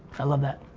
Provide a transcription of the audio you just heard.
i love that.